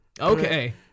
Okay